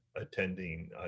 attending